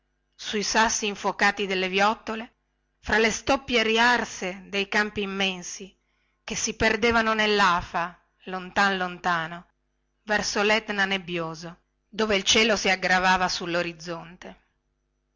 sui sassi infuocati delle viottole fra le stoppie riarse dei campi immensi che si perdevano nellafa lontan lontano verso letna nebbioso dove il cielo si aggravava